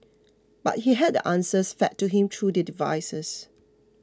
but he had the answers fed to him through the devices